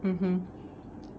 mmhmm